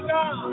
God